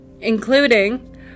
including